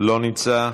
לא נמצא,